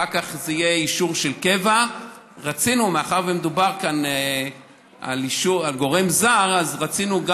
בדרך כלל כשהאו"ם מדבר זה רק על הארגונים שאמרנו,